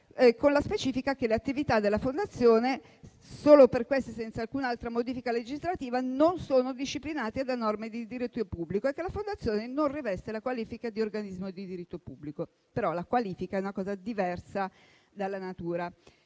con la specifica che le attività della Fondazione, solo per questo e senza alcuna altra modifica legislativa, non sono disciplinate da norme di diritto pubblico e che la Fondazione non riveste la qualifica di organismo di diritto pubblico. La qualifica è però una cosa diversa dalla natura.